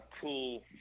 cool